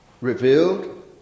revealed